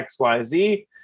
XYZ